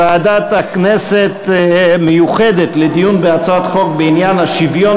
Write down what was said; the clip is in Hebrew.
לוועדה המיוחדת לדיון בהצעות החוק בעניין השוויון